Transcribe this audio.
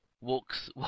Walks